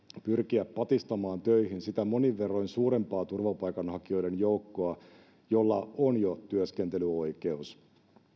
pyrkiä patistamaan töihin sitä monin verroin suurempaa turvapaikanhakijoiden joukkoa jolla on jo työskentelyoikeus